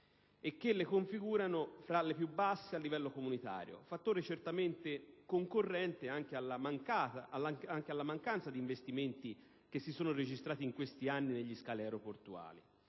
e che le configura tra le più basse a livello comunitario, fattore che ha certamente concorso anche alla mancanza di investimenti che si è registrata in questi anni negli scali aeroportuali.